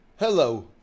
Hello